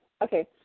Okay